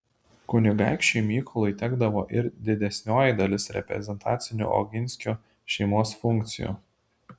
kunigaikščiui mykolui tekdavo ir didesnioji dalis reprezentacinių oginskių šeimos funkcijų